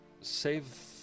save